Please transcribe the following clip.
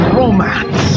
romance